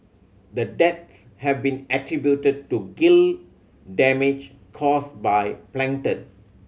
the deaths have been attributed to gill damage caused by plankton